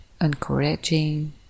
encouraging